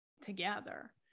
together